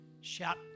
shout